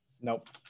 Nope